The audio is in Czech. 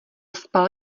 spal